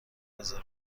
رزرو